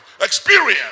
experience